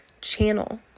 channel